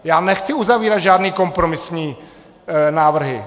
Já nechci uzavírat žádné kompromisní návrhy.